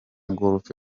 golf